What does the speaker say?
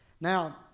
Now